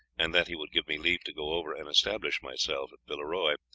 and that he would give me leave to go over and establish myself at villeroy,